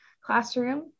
classroom